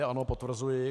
Ano, potvrzuji.